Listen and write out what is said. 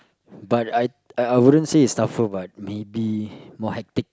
but I I wouldn't say it's tougher but like maybe more hectic